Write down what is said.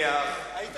יושם?